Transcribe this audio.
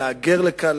להגר לכאן,